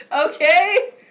okay